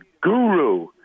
guru